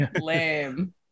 Lame